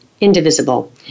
Indivisible